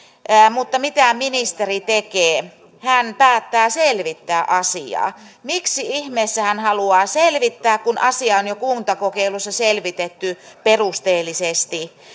mutta mitä ministeri tekee hän päättää selvittää asiaa miksi ihmeessä hän haluaa selvittää kun asia on jo kuntakokeilussa selvitetty perusteellisesti